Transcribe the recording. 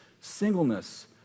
singleness